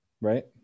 Right